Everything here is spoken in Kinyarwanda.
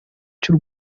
cy’u